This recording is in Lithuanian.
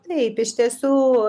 taip iš tiesų